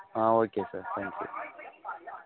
ah okay sir thank you